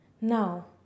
Now